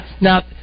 now